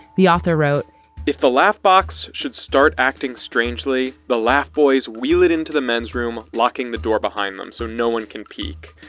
the author wrote if the laff box should start acting strangely, the laugh boys wheel it into the men's room, locking the door behind them so no one can peek.